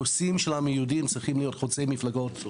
נושאים של העם היהודי הם צריכים להיות חוצה מפלגות.